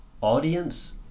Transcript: audience